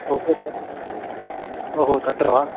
ओहो तत्र वा